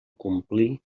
complir